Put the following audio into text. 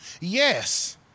Yes